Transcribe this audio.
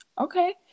okay